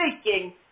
speaking